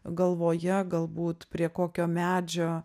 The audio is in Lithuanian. galvoje galbūt prie kokio medžio